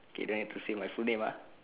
okay then I've to say my full name ah